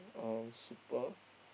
uh Super